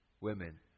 women